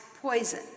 poison